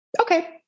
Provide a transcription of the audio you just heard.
okay